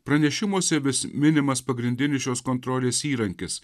pranešimuose vis minimas pagrindinis šios kontrolės įrankis